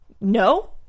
no